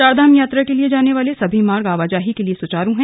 चारधाम यात्रा के लिए जाने वाले सभी मार्ग आवाजाही के लिए सुचारू हैं